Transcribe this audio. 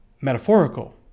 metaphorical